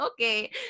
okay